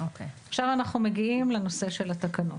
עכשיו אנחנו מגיעים לנושא של התקנות.